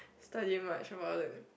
study much about it